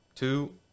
Two